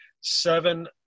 seven